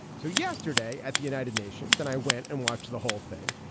so yesterday at the united nations and i went and watched the whole thing.